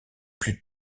plus